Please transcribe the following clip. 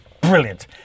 Brilliant